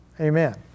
Amen